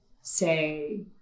say